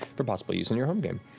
for possible use in your home game.